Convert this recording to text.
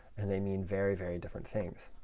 and they mean very, very different things.